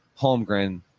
Holmgren